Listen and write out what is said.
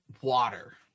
water